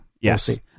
Yes